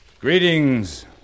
Greetings